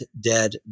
dead